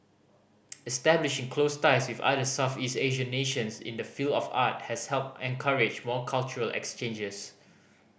establishing close ties with other Southeast Asian nations in the field of art has helped and encourage more cultural exchanges